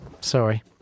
Sorry